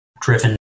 driven